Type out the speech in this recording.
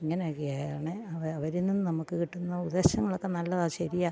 ഇങ്ങനെയൊക്കെയാണ് അവരിൽ നിന്നും നമുക്ക് കിട്ടുന്ന ഉപദേശങ്ങളൊക്കെ നല്ലതാ ശരിയാ